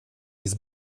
his